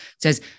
says